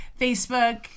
Facebook